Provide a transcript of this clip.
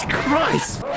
Christ